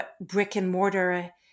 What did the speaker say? brick-and-mortar